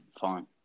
Fine